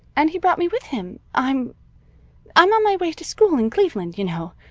and he brought me with him. i'm i'm on my way to school in cleveland, you know.